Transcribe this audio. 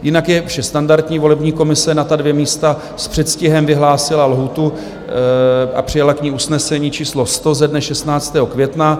Jinak je vše standardní, volební komise na ta dvě místa s předstihem vyhlásila lhůtu a přijala k ní usnesení číslo 100 ze dne 16. května.